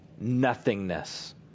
nothingness